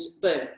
boom